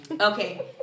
Okay